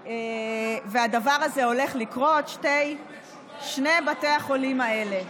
והדבר הזה הולך לקרות, שני בתי החולים האלה.